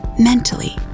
mentally